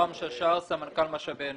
סמנכ"ל משאבי אנוש.